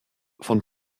von